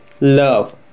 love